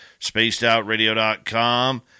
spacedoutradio.com